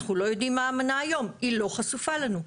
אנחנו לא ידועים מה האמנה היום, היא לא חשופה לנו.